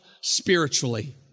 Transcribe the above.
spiritually